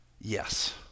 Yes